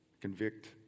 convict